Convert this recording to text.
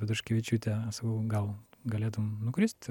petruškevičiūtė sakau gal galėtum nukrist